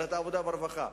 בוועדת העבודה והרווחה,